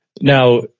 now